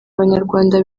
abanyarwanda